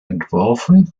entworfen